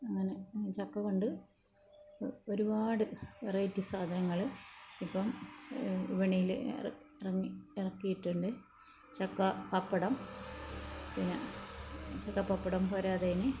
അങ്ങനെ ചക്കകൊണ്ട് ഒരുപാട് വെറൈറ്റി സാധനങ്ങൾ ഇപ്പം വിപണിയിൽ ഇറങ്ങി ഇറക്കിയിട്ടുണ്ട് ചക്ക പപ്പടം പിന്നെ ചക്കപ്പപ്പടം പോരാത്തതിന്